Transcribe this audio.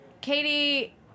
Katie